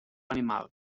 animal